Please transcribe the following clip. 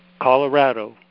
Colorado